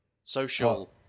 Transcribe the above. Social